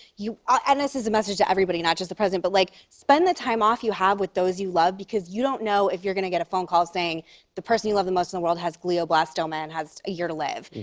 ah and this is a message to everybody, not the president. but, like, spend the time off you have with those you love, because you don't know if you're going to get a phone call saying the person you love the most in the world has glioblastoma and has a year to live.